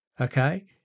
okay